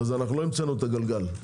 אנחנו לא המצאנו את הגלגל.